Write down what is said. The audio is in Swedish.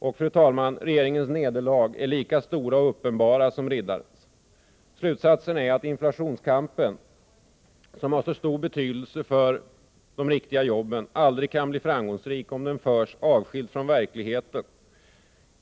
Och, fru talman, regeringens nederlag är lika uppenbara som riddarens. Slutsatsen är att inflationskampen, som har så stor betydelse för de riktiga jobben, aldrig kan bli framgångsrik om den förs avskild från verkligheten.